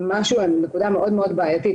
זו נקודה מאוד מאוד בעייתית,